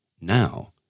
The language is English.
Now